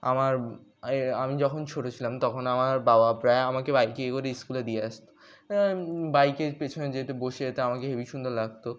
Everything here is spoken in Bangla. আমার আমি যখন ছোট ছিলাম তখন আমার বাবা প্রায় আমাকে বাইকে করে ইস্কুলে দিয়ে আসতো বাইকের পেছনে যেহেতু বসে যেতে আমাকে হেবি সুন্দর লাগতো